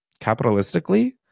Capitalistically